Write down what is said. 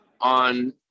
on